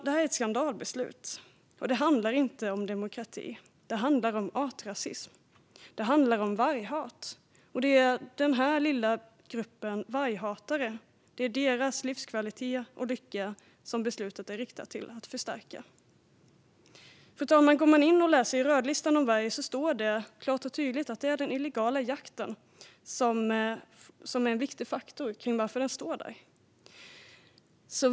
Detta är ett skandalbeslut. Det handlar inte om demokrati; det handlar om artrasism. Det handlar om varghat. Det är livskvaliteten och lyckan för en liten grupp av varghatare som beslutet är ägnat att förstärka. Fru talman! I rödlistan står det klart och tydligt om vargen att den illegala jakten är en viktig faktor bakom att den står där.